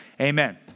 Amen